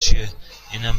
چیه؟ اینم